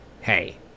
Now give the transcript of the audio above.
hey